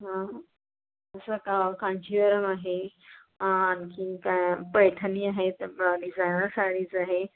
हा तसं का कांचीवरम आहे आणखी काय पैठणी आहेत डिझायनर साडीज आहे